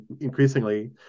increasingly